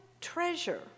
treasure